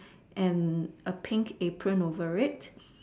and a pink apron over it